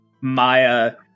Maya